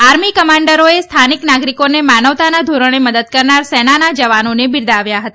army કમાન્ડરોએ સ્થાનિક નાગરિકોને માનવતાના ધોરણે મદદ કરનાર સેનાના જવાનોને બીરદાવ્યા હતા